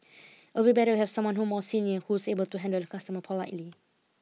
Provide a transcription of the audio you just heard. it'll be better to have someone more senior who's able to handle the customer politely